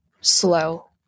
slow